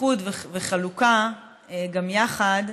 איחוד וחלוקה גם יחד,